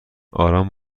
آرام